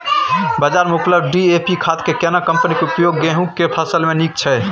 बाजार में उपलब्ध डी.ए.पी खाद के केना कम्पनी के उपयोग गेहूं के फसल में नीक छैय?